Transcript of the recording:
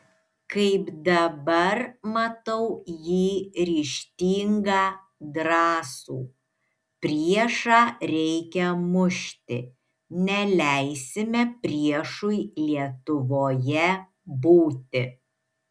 kaip dabar matau jį ryžtingą drąsų priešą reikia mušti neleisime priešui lietuvoje būti